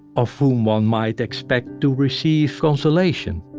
of whom one might expect to receive consolation